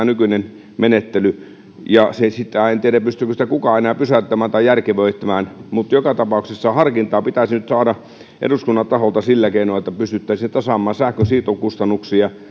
nykyinen menettely maksaa aivan valtavasti sitä en tiedä pystyykö sitä kukaan enää pysäyttämään tai järkevöittämään mutta joka tapauksessa harkintaa pitäisi nyt saada eduskunnan taholta sillä keinoin että pystyttäisiin tasaamaan sähkön siirtokustannuksia